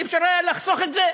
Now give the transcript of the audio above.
לא היה אפשר לחסוך את זה?